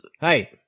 Hey